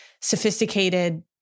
sophisticated